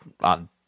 on